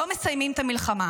לא מסיימים את המלחמה,